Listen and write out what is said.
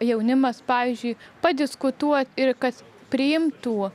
jaunimas pavyzdžiui padiskutuot ir kad priimtų